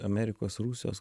amerikos rusijos